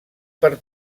per